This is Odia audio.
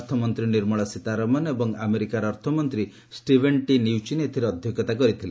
ଅର୍ଥମନ୍ତ୍ରୀ ନିର୍ମଳା ସୀତାରମଣ ଏବଂ ଆମେରିକାର ଅର୍ଥମନ୍ତ୍ରୀ ଷ୍ଟିଭେନ୍ ଟି ନ୍ୟୁଚିନ୍ ଏଥିରେ ଅଧ୍ୟକ୍ଷତା କରିଥିଲେ